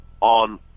on